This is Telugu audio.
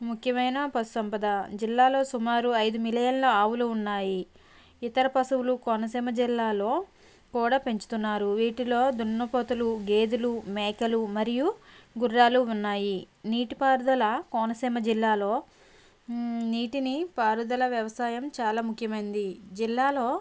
ముఖ్యమైన పసు సంపద జిల్లాలో సుమారు ఐదు మిలియన్ల ఆవులు ఉన్నాయి ఇతర పశువులను కోనసీమ జిల్లాలో కూడా పెంచుతున్నారు వీటిల్లో దున్నపోతులు గేదెలు మేకలు మరియు గుర్రాలు ఉన్నాయి నీటి పారుదల కోనసీమ జిల్లాలో నీటిని పారుదల వ్యవసాయం చాలా ముఖ్యమైనది జిల్లాలో